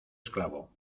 esclavo